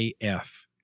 AF